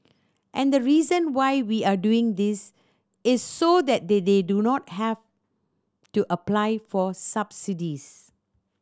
and the reason why we are doing this is so that they do not have to apply for subsidies